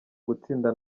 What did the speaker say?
gutsinda